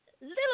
little